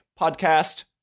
podcast